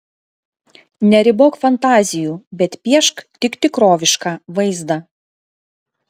neribok fantazijų bet piešk tik tikrovišką vaizdą